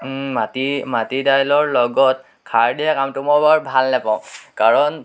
মাটি মাটিদাইলৰ লগত খাৰ দিয়া কামটো মই বৰ ভাল নাপাওঁ কাৰণ